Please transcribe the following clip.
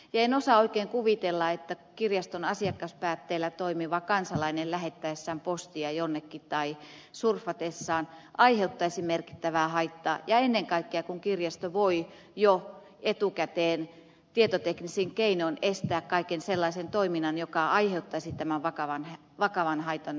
en osaa oikein kuvitella että kirjaston asiakaspäätteellä toimiva kansalainen lähettäessään postia jonnekin tai surfatessaan aiheuttaisi merkittävää haittaa ennen kaikkea kun kirjasto voi jo etukäteen tietoteknisin keinoin estää kaiken sellaisen toiminnan joka aiheuttaisi tämän vakavan haitan viestintäverkolle